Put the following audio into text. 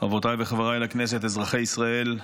חברותיי וחבריי לכנסת, אזרחי ישראל,